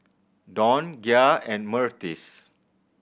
Dawne Gia and Myrtis